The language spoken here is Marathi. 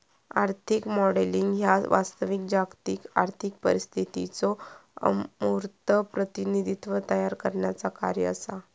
आर्थिक मॉडेलिंग ह्या वास्तविक जागतिक आर्थिक परिस्थितीचो अमूर्त प्रतिनिधित्व तयार करण्याचा कार्य असा